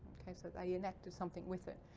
okay so they enacted something with it.